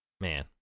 man